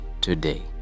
today